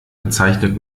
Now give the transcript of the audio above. bezeichnet